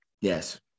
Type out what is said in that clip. Yes